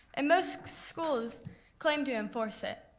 and most schools claim to enforce it.